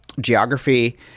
geography